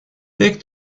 take